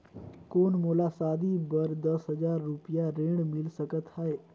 कौन मोला शादी बर दस हजार रुपिया ऋण मिल सकत है?